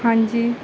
ਹਾਂਜੀ